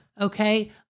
Okay